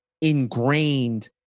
ingrained